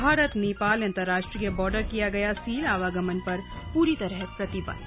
भारत नेपाल अंतरराष्ट्रीय बॉर्डर किया गया सीलए आवागमन पर पूरी तरह प्रतिबंध